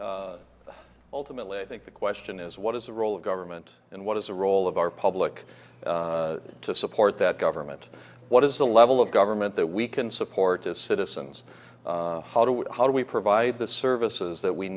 government ultimately i think the question is what is the role of government and what is the role of our public to support that government what is the level of government that we can support as citizens how do we how do we provide the services that we